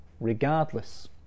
regardless